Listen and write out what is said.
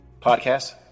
podcast